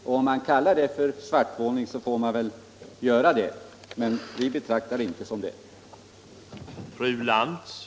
Om man kallar det för svartmålning får man väl göra det, men vi betraktar det inte som svartmålning.